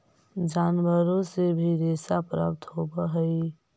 जनावारो से भी रेशा प्राप्त होवऽ हई